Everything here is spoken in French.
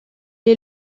est